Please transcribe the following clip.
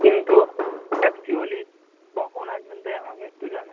কিন্তু অ্যাকচুয়ালি কখন আসবেন তা আমাকে একটু জানান